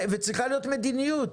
וצריכה להיות מדיניות,